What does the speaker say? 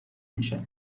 میشه